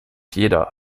jeder